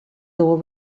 law